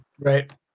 right